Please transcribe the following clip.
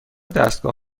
دستگاه